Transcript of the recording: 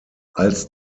als